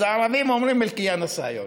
אז הערבים אומרים (אומר בערבית: הישות הציונית,)